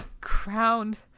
Crowned